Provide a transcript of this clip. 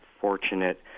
fortunate